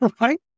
right